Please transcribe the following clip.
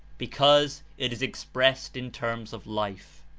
because it is expressed in terms of life.